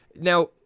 Now